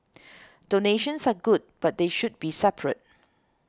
donations are good but they should be separate